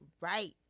Right